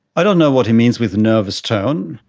i don't know what he means with nervous tone.